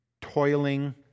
toiling